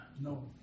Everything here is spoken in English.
No